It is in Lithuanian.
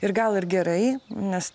ir gal ir gerai nes